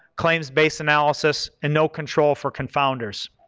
claims based analysis, and no control for confounders.